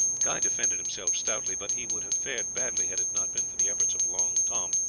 guy defended himself stoutly, but he would have fared badly had it not been for the efforts of long tom,